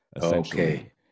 Okay